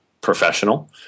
professional